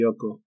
Yoko